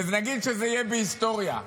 ונגיד שזה יהיה בהיסטוריה,